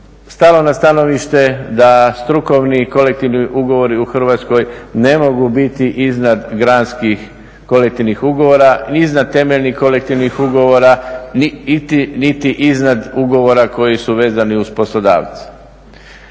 stalo na stanovište da strukovni i kolektivni ugovori u Hrvatskoj ne mogu biti iznad granskih kolektivnih ugovora, iznad temeljnih kolektivnih ugovora niti iznad ugovora koji su vezani uz poslodavce.